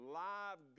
live